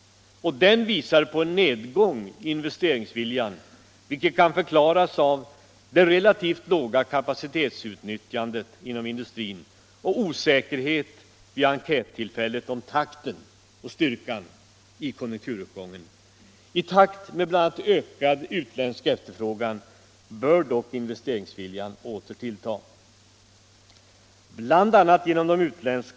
Dessa visar på en viss nedgång i investeringsviljan, vilket kan förklaras av det relativt låga kapacitetsutnyttjandet inom industrin och osäkerhet vid enkättillfället om takten och styrkan i konjunkturuppgången. I takt med bl.a. ökad utländsk efterfrågan bör dock investeringsviljan åter tillta. Bl.